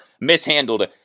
mishandled